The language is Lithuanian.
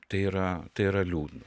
tai yra tai yra liūdna